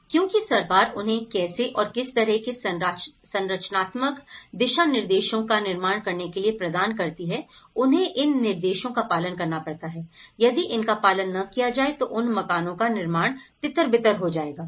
क्योंकि सरकार उन्हें कैसे और किस तरह के संरचनात्मक दिशानिर्देशों का निर्माण करने के लिए प्रदान करती है उन्हें इन निर्देशों का पालन करना पड़ता है यदि इनका पालन न किया जाए तो उन मकानों का निर्माण तितर बितर हो जाएगा